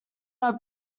are